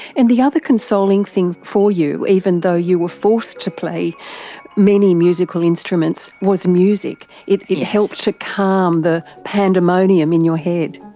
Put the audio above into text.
and the other consoling thing for you, even though you were forced to play many musical instruments, was music. it it helped to calm the pandemonium in your head.